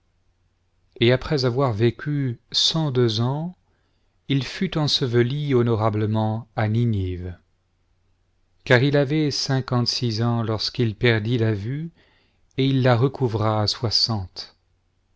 et après avoir vécu cent deux ans il fut enseveli honorablement à car il avait cinquante-six ans lorsqu'il perdit la vue et il la recouvia